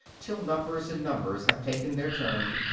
till numbers and numbers have taken their turn,